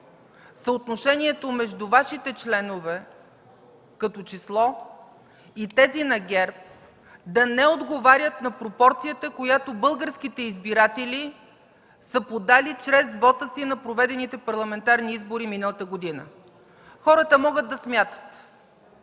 съотношението между Вашите членове, като число, и тези на ГЕРБ да не отговорят на пропорцията, която българските избиратели са подали чрез вота си на проведените парламентарни избори миналата година. Хората могат да смятат.